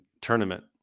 tournament